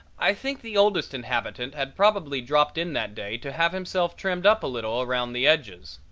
i think the oldest inhabitant had probably dropped in that day to have himself trimmed up a little round the edges.